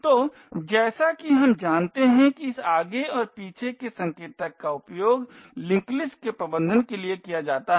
तो जैसा कि हम जानते हैं कि इस आगे और पीछे के संकेतक का उपयोग लिंक लिस्ट के प्रबंधन के लिए किया जाता है